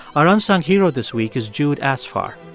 our unsung hero this week is jude asfar.